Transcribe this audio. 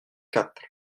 quatre